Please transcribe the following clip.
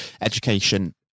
education